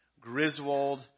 Griswold